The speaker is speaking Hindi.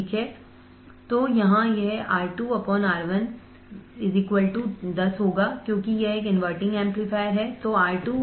तो यहाँ यह R2 R1 10 होगा क्योंकि यह एक इनवर्टिंग एंपलीफायर inverting amplifierहै